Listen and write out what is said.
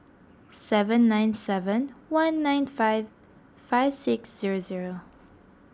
seven nine seven one nine five five six zero zero